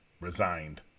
resigned